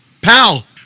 pal